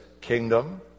kingdom